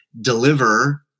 deliver